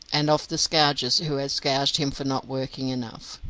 and of the scourgers who had scourged him for not working enough.